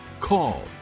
call